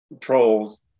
trolls